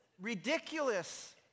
ridiculous